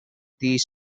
these